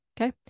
Okay